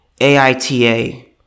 AITA